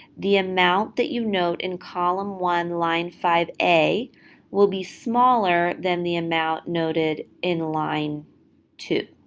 the amount that you note in column one, line five a will be smaller than the amount noted in line two.